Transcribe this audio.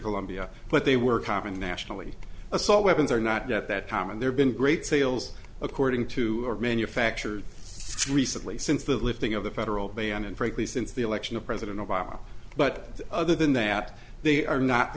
columbia but they were common nationally assault weapons or not at that time and there been great sales according to manufacture recently since the lifting of the federal ban and frankly since the election of president obama but other than that they are not the